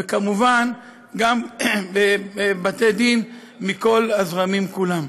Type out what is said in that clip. וכמובן בבתי-דין מכל הזרמים כולם.